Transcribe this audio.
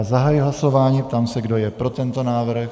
Zahajuji hlasování, ptám se, kdo je pro tento návrh.